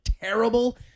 terrible